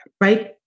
right